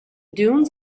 dunes